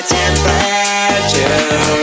temperature